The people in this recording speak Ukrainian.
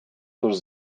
тож